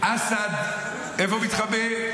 אסד, איפה מתחבא?